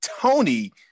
Tony